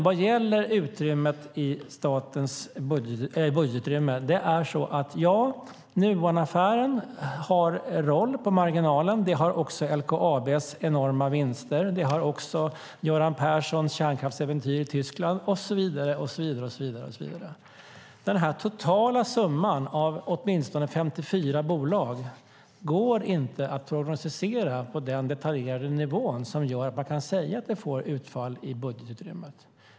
Vad gäller statens budgetutrymme har Nuonaffären en roll på marginalen. Det har också LKAB:s enorma vinster och Göran Perssons kärnkraftsäventyr i Tyskland och så vidare. Den här totala summan av åtminstone 54 bolag går inte att prognostisera på en så detaljerad nivå att man kan säga att det blir ett utfall i budgetutrymmet.